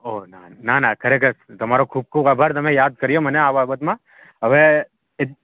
ઓ ના ના ના ખરેખર તમારો ખૂબ ખૂબ આભાર તમે યાદ કર્યા મને આ બાબતમાં હવે એ